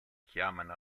chiamano